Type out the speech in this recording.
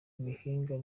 ibihingwa